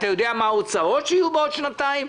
אתה יודע מה ההוצאות שיהיו בעוד שנתיים?